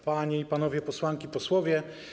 Panie i Panowie Posłanki i Posłowie!